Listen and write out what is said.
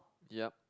yup